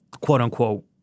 quote-unquote